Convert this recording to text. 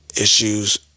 issues